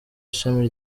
ishami